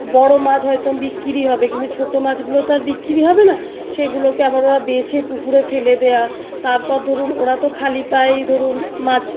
বড়ো মাছ হয়তো বিক্রি হবে কিন্তু ছোটো মাছগুলো তো আর বিক্রি হবে না সেগুলোকে আবার ওরা বেছে পুকুরে ফেলে দেয়া তারপর ধরুন ওরা তো খালি পায়েই ধরুন মাছ